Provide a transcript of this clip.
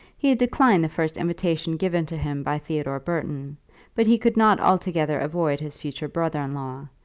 he had declined the first invitation given to him by theodore burton but he could not altogether avoid his future brother-in-law,